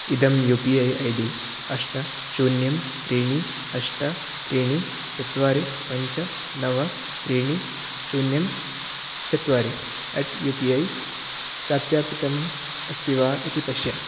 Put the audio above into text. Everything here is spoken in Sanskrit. इदं यू पी ऐ ऐडी अष्ट शून्यं त्रीणि अष्ट त्रीणि चत्वारि पञ्च नव त्रीणि शून्यं चत्वारि अट् यु पी ऐ सत्यापितम् अस्ति वा इति पश्य